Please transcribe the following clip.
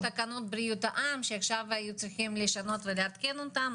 יש תקנות בריאות העם שעכשיו היו צריכים לשנות ולעדכן אותם,